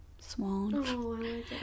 Swan